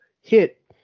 hit